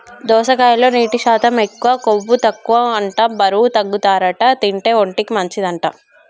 దోసకాయలో నీటి శాతం ఎక్కువ, కొవ్వు తక్కువ అంట బరువు తగ్గుతారట తింటే, ఒంటికి మంచి అంట